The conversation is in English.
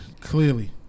Clearly